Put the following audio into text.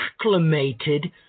acclimated